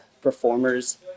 performers